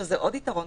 שזה עוד יתרון,